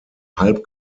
halb